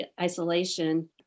isolation